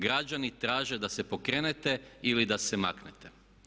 Građani traže da se pokrenete ili da se maknete.